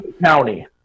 county